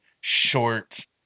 short